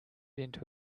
into